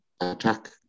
attack